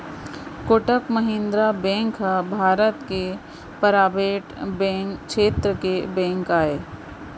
Kotak Mahindra bank ह भारत के private छेत्र के बेंक आय